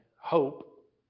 hope